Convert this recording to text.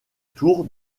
tour